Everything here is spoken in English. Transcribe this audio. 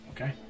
Okay